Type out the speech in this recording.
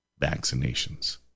vaccinations